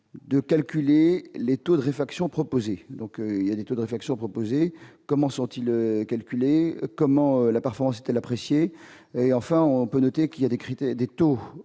de calculer les taux de réflexion proposée, donc il y a des taux d'infection, comment sont-ils calculés comment la performance apprécier et, enfin, on peut noter qu'il y a des